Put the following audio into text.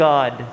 God